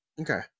Okay